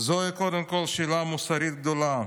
"זוהי קודם כול שאלה מוסרית גדולה,